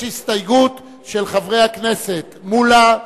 יש הסתייגות של חברי הכנסת מולה,